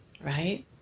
right